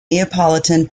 neapolitan